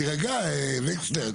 תירגע וקסלר.